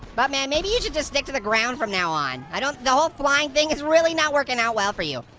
buttman, maybe you should just stick to the ground from now on. i don't, the whole flying thing is really not working out well for you.